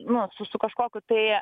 nu su su kažkokiu tai